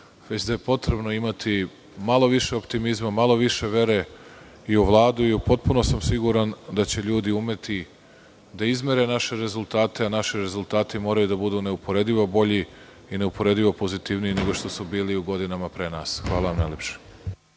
već da je potrebno imati malo više optimizma, malo više vere i u Vladu. Potpuno sam siguran da će ljudi imati da izmere naše rezultate, a naši rezultati moraju da budu neuporedivo bolji i neuporedivo pozitivniji nego što su bili u godinama pre nas. Hvala. **Nebojša